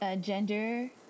gender